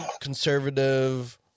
conservative